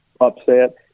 upset